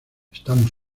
estamos